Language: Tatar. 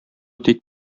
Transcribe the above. тик